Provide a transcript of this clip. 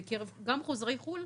גם בקרב חוזרי חו"ל,